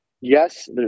yes